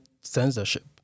Censorship